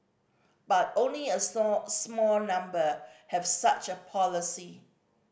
but only a slow small number have such a policy